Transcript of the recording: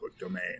domain